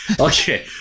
Okay